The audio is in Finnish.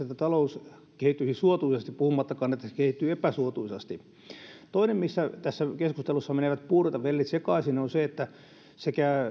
että talous kehittyisi suotuisasti puhumattakaan että se kehittyy epäsuotuisasti toinen missä tässä keskustelussa menevät puurot ja vellit sekaisin on se että sekä